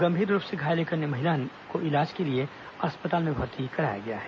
गंभीर रूप से घायल एक अन्य महिला को इलाज के लिए अस्पताल में भर्ती कराया गया है